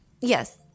Yes